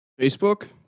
Facebook